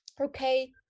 okay